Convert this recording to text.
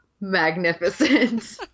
magnificent